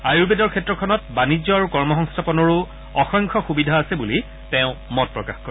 আয়ুৰ্বেদৰ ক্ষেত্ৰখনত বাণিজ্য আৰু কৰ্ম সংস্থাপনৰো অসংখ্য সুবিধা আছে বুলি তেওঁ মত প্ৰকাশ কৰে